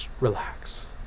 relax